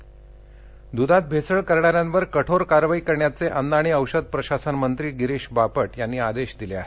दध भेसळ दुधात भेसळ करणाऱ्यांवर कठोर कारवाई करण्याचे अन्न आणि औषध प्रशासनमंत्री गिरीश बापट यांनी आदेश दिले आहेत